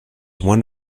one